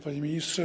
Panie Ministrze!